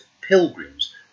pilgrims